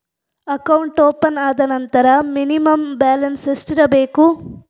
Account open ಆದ ನಂತರ minimum balance ಎಷ್ಟಿರಬೇಕು?